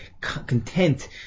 content